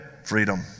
Freedom